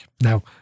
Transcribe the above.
Now